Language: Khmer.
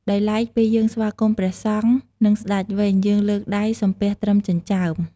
ដោយឡែកពេលយើងស្វាគមន៍ព្រះសង្ឃ និងស្តេចវិញ យើងលើកដៃសំពះត្រឹមចិញ្ចើម។